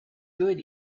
good